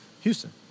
Houston